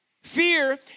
Fear